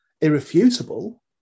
irrefutable